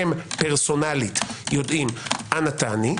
הם פרסונלית יודעים אנא עני.